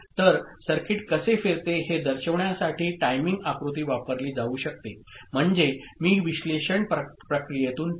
तर सर्किट कसे फिरते हे दर्शविण्यासाठी टाइमिंग आकृती वापरली जाऊ शकते म्हणजे मी विश्लेषण प्रक्रियेतून पाहू